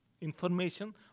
information